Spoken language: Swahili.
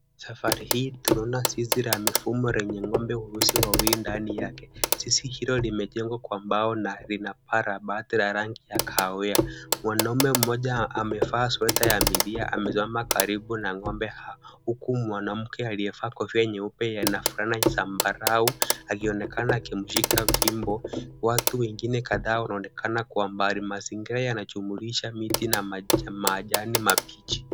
Safari hii tunaona zizi la mifumo lenye ng'ombe weusi wawili ndani yake. Zizi hilo limejengwa kwa mbao na lina paa la bati la rangi ya kahawia. Mwanaume mmoja amevaa sweta ya milia amesimama karibu na ng'ombe hawa, huku mwanamke aliyevaa kofia nyeupe na fulana ya zambarau akionekana akimshika fimbo. Watu wengine kadhaa wanaonekana kwa mbali. Mazingira yanajumuuisha miti na majani mabichi.